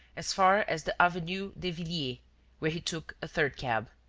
as far as the avenue de where he took a third cab